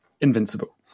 invincible